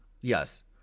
Yes